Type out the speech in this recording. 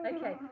Okay